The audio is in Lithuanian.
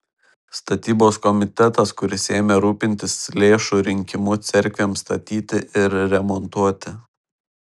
statybos komitetas kuris ėmė rūpintis lėšų rinkimu cerkvėms statyti ir remontuoti